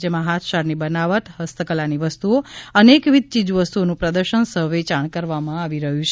જેમાં હાથશાળની બનાવટ હસ્તકલાની વસ્તુઓ અનેકવિધ ચીજવસ્તુઓનું પ્રદર્શન સહ વેચાણ કરવામાં આવી રહ્યું છે